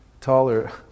taller